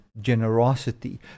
generosity